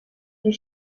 die